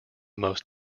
most